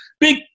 big